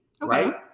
Right